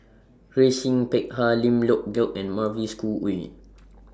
Grace Yin Peck Ha Lim Leong Geok and Mavis Khoo Wein